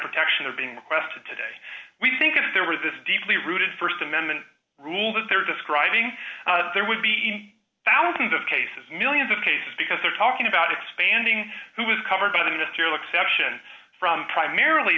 protection of being requested today we think if there were this deeply rooted st amendment rule that they're describing there would be even thousands of cases millions of cases because they're talking about expanding who was covered by the ministerial exception from primarily